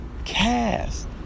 Cast